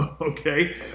Okay